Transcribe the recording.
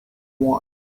want